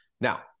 Now